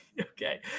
Okay